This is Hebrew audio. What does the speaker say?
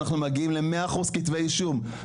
אנחנו מגיעים למאה אחוז כתבי אישום,